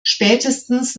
spätestens